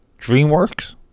DreamWorks